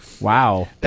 Wow